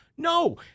No